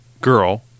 girl